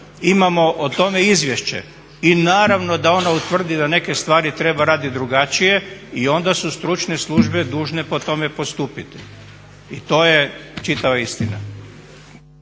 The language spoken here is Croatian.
imamo o tome izvješće i naravno da ona utvrdi da neke stvari treba raditi drugačije i onda su stručne službe dužne po tome postupiti i to je čitava istina.